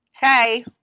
Hey